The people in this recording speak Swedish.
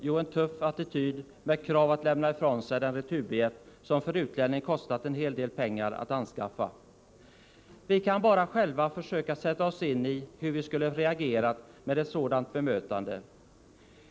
Jo, en tuff attityd med krav att lämna ifrån sig den returbiljett som för utlänningen kostat en hel del pengar att anskaffa. Vi kan bara själva försöka sätta oss in i hur vi skulle ha reagerat vid ett sådant bemötande.